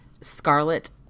Scarlet